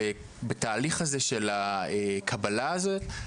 בתהליך הזה של הקבלה הזה,